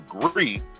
agree